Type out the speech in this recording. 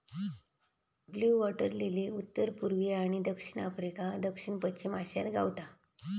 blue water lily उत्तर पुर्वी आणि दक्षिण आफ्रिका, दक्षिण पश्चिम आशियात गावता